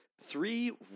three